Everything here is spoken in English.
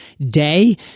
day